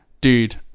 dude